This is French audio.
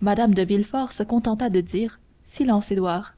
mme de villefort se contenta de dire silence édouard